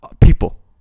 People